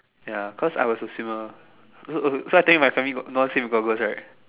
ya cause I was a swimmer so so so I think my family got no one swim with goggles right